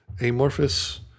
amorphous